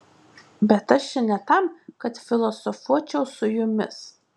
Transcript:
bet aš čia ne tam kad filosofuočiau su jumis